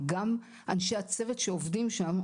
גם אנשי הצוות שעובדים שם,